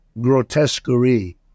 grotesquerie